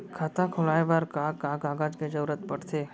खाता खोलवाये बर का का कागज के जरूरत पड़थे?